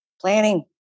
planning